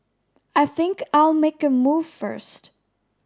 I think I'll make a move first